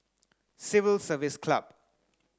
Civil Service Club